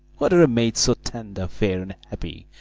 whether a maid so tender, fair, and happy,